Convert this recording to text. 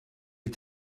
est